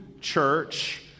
church